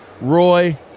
Roy